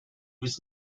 was